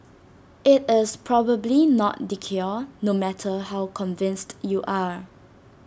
IT is probably not the cure no matter how convinced you are